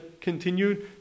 continued